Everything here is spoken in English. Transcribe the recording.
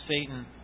Satan